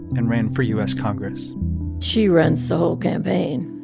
and ran for u s. congress she runs the whole campaign.